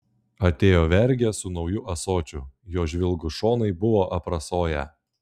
atėjo vergė su nauju ąsočiu jo žvilgūs šonai buvo aprasoję